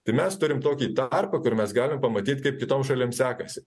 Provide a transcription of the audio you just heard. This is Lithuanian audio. tai mes turim tokį tarpą kur mes galim pamatyt kaip kitom šalim sekasi